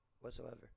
whatsoever